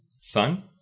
Son